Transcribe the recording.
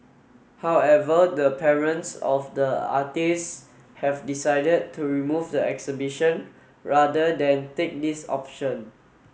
however the parents of the artists have decided to remove the exhibition rather than take this option